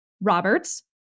Roberts